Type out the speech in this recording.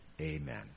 Amen